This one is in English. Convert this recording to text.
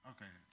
Okay